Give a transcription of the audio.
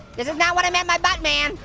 this is not what i meant by buttman.